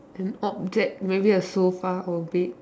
an object maybe a sofa or bed